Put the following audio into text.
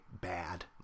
bad